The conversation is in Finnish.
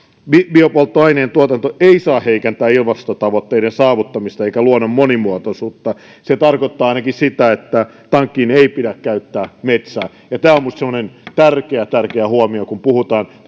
biopolttoaineen tuotanto ei saa heikentää ilmastotavoitteiden saavuttamista eikä luonnon monimuotoisuutta se tarkoittaa ainakin sitä että tankissa ei pidä käyttää metsää tämä on minusta tärkeä tärkeä huomio kun puhutaan